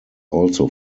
also